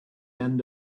end